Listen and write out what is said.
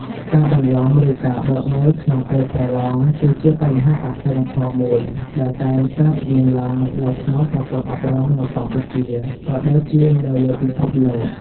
ការបន្លំ ឬការបើកមើលក្នុងពេលប្រឡង គឺជាបញ្ហាអសីលធម៌មួយដែលតែងកើតមានឡើងនៅក្នុងប្រព័ន្ធអប់រំនៅកម្ពុជា ក៏ដូចជានៅលើពិភពលោក។